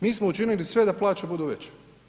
Mi smo učinili sve da plaće budu veće.